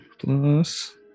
plus